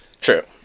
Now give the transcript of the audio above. True